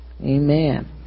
Amen